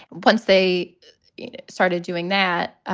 once they started doing that,